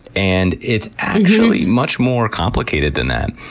and it's actually much more complicated than that.